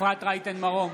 אפרת רייטן מרום,